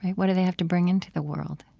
what do they have to bring into the world?